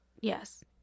Yes